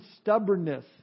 stubbornness